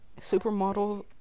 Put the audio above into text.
supermodel